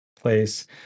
place